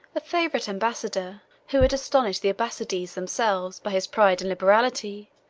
a favorite ambassador, who had astonished the abbassides themselves by his pride and liberality,